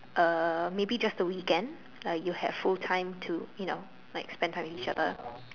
uh maybe just the weekend like you have full time to you know like spend time with each other